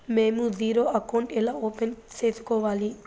మేము zero account ఎలా open సేసుకోవాలి